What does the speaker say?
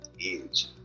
age